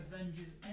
Avengers